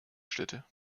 schritte